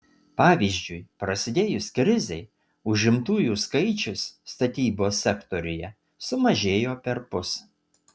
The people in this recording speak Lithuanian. pavyzdžiui prasidėjus krizei užimtųjų skaičius statybos sektoriuje sumažėjo perpus